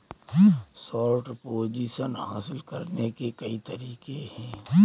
short position हासिल करने के कई तरीके हैं